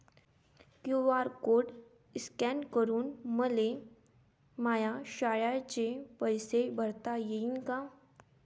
QR code scan करून मले माया शाळेचे पैसे भरता येईन का?